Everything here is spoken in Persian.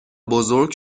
بزرگ